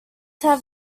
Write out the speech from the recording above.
have